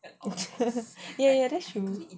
yeah yeah that's true